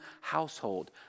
household